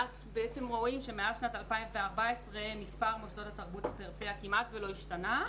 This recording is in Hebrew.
בעצם רואים שמאז שנת 2014 מספר מוסדות התרבות בפריפריה כמעט ולא השתנה.